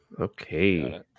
Okay